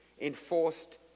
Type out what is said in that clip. enforced